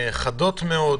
חדות מאוד,